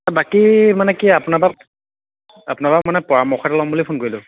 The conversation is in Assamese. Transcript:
বাকী মানে কি আপোনাৰ পৰা আপোনাৰ পৰা মানে পৰামৰ্শ এটা ল'ম বুলি ফোন কৰিলোঁ